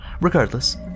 regardless